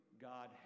God